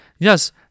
Yes